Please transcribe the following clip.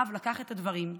האב לקח את הדברים,